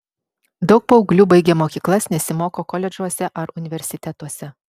daug paauglių baigę mokyklas nesimoko koledžuose ar universitetuose